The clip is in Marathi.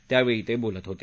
त्यावेळी ते बोलत होते